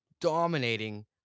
dominating